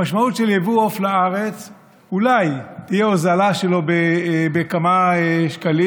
המשמעות של ייבוא עוף לארץ היא שאולי תהיה הוזלה שלו בכמה שקלים,